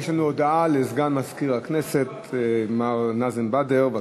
יש הודעה לסגן מזכירת הכנסת מר נאזם בדר, בבקשה.